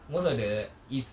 most of the it's